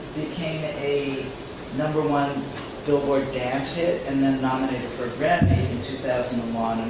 became a number one billboard dance hit and then nominated for a grammy in two thousand and one.